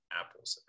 apples